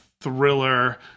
thriller